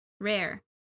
rare